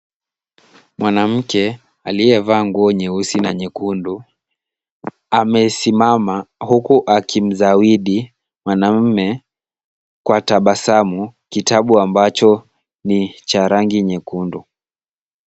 Mwanamke, aliyevaa nguo nyeusi na nyekundu, amesimama, huku akimzawidi mwanaume kwa tabasamu kitabu ambacho ni cha rangi nyekundu.